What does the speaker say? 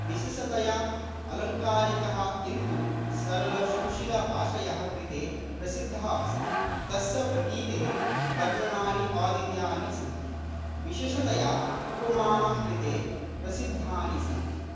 विशेषतया आलङ्कारिकः किन्तु सरलसुशीलभाषायाः कृते प्रसिद्धः अस्ति तस्य प्रकृतेः वर्णनानि अद्वितीयानि सन्ति विशेषतया उपमानं कृते प्रसिद्धानि सन्ति